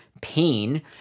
pain